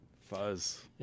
Fuzz